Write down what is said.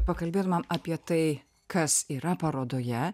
pakalbėtumėm apie tai kas yra parodoje